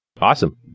Awesome